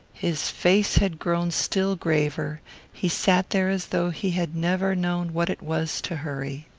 his face had grown still graver he sat there as though he had never known what it was to hurry.